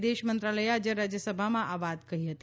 વિદેશ મંત્રાલયે આજે રાજ્યસભામાં આ વાત કહી હતી